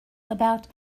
about